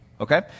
Okay